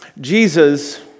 Jesus